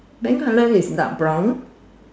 then colour is dark brown